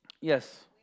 Yes